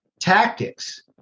tactics